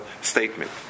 statement